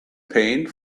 paint